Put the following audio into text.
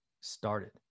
started